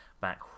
back